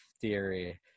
theory